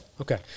okay